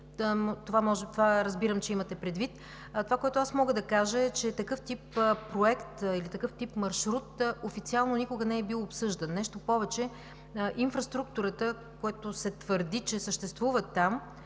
Това разбирам, че имате предвид. Това, което аз мога да кажа, е, че такъв тип проект или такъв тип маршрут официално никога не е бил обсъждан. Нещо повече, инфраструктурата, която се твърди, че съществува там